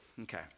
Okay